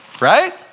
Right